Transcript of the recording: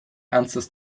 ernstes